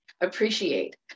appreciate